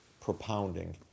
propounding